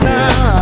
now